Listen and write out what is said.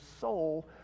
soul